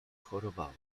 chorowała